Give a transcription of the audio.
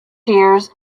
years